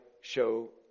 show